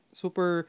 super